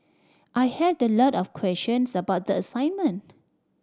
I had the lot of questions about the assignment